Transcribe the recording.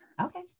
Okay